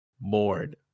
Bored